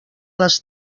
les